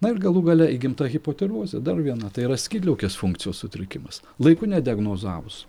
na ir galų gale įgimta hipotirozė dar viena tai yra skydliaukės funkcijos sutrikimas laiku nediagnozavus